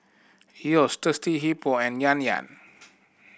Yeo's Thirsty Hippo and Yan Yan